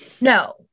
No